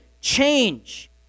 change